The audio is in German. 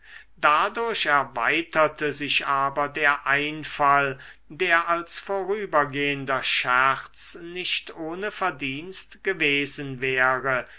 dadurch erweiterte sich aber der einfall der als vorübergehender scherz nicht ohne verdienst gewesen wäre